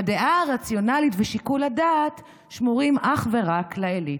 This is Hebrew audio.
הדעה הרציונלית ושיקול הדעת שמורים אך ורק לאליטה.